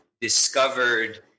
discovered